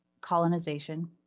colonization